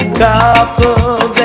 couple